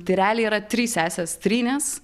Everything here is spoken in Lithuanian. tai realiai yra trys sesės trynės